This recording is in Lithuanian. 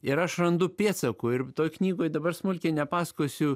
ir aš randu pėdsakų ir toj knygoj dabar smulkiai nepasakosiu